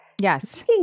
yes